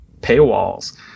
paywalls